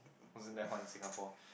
wasn't that hot in Singapore